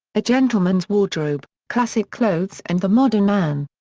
a gentleman's wardrobe classic clothes and the modern man.